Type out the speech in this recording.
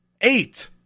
Eight